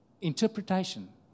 interpretation